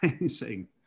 amazing